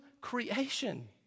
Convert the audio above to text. creation